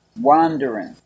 wandering